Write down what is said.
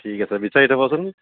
ঠিক আছে বিচাৰি থ'বচোন